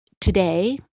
today